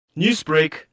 Newsbreak